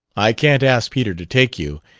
i can't ask peter to take you,